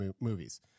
movies